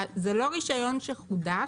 זה לא רישיון שחודש,